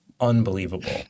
unbelievable